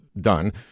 done